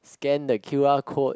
scan the q_r code